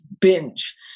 binge